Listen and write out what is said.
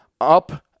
up